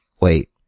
Wait